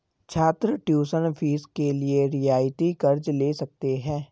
छात्र tuition fees के लिए रियायती कर्ज़ ले सकते हैं